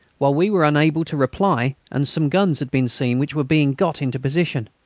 while we were unable to reply and some guns had been seen which were being got into position.